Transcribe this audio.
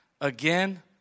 again